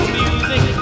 music